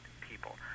people